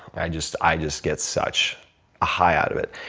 i just i just get such a high out of it.